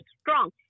strong